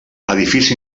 edifici